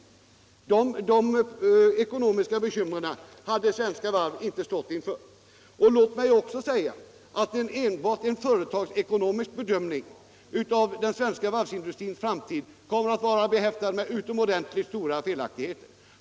Utan denna hade Svenska Varv inte stått inför det problemet. Jag vill också säga att en enbart företagsekonomisk bedömning av den svenska varvsindustrins framtid kommer att vara behäftad med utomordentligt stora felaktigheter.